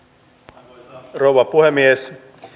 arvoisa rouva puhemies